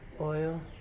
oil